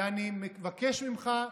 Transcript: ואני מבקש ממך,